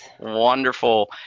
Wonderful